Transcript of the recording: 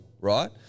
right